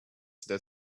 that